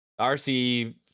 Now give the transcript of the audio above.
RC